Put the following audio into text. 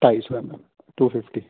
ਢਾਈ ਸੌ M L to fifty